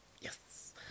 Yes